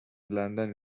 لندن